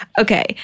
Okay